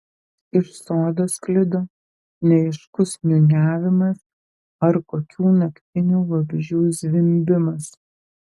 iš sodo sklido neaiškus niūniavimas ar kokių naktinių vabzdžių zvimbimas